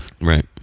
right